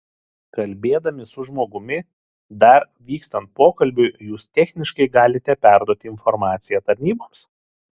kalbėdami su žmogumi dar vykstant pokalbiui jūs techniškai galite perduoti informaciją tarnyboms